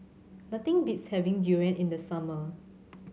nothing beats having durian in the summer